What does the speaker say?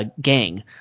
Gang